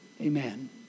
Amen